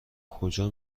کجا